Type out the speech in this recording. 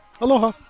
Aloha